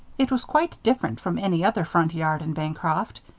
it was quite different from any other front yard in bancroft.